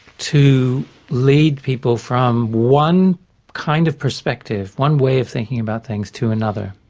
to lead people from one kind of perspective, one way of thinking about things, to another,